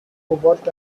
cobalt